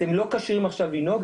אתם לא כשירים עכשיו לנהוג.